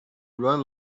run